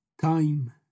time